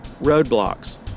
Roadblocks